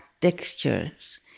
textures